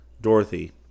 Dorothy